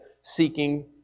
seeking